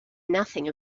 nothing